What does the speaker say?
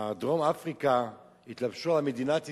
דרום אפריקה יתלבשו על מדינת ישראל,